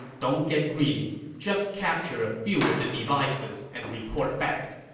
don't get greedy. just capture a few of the devices and report back.